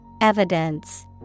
Evidence